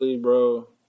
bro